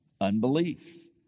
Unbelief